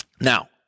Now